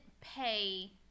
pay